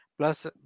Plus